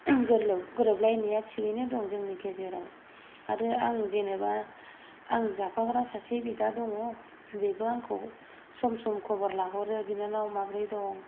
गोरोबलायनाय थिगैनो दं जोंनि गेजेराव आरो आं जेनेबा आं जाफाग्रा सासे बिदा दङ बेबो आंखौ सम सम खबर लाहरो बिनानाव माबोरै दं